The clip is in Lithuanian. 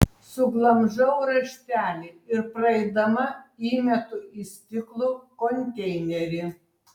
suglamžau raštelį ir praeidama įmetu į stiklo konteinerį